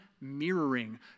mirroring